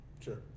Sure